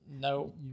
No